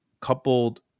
coupled